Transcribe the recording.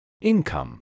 Income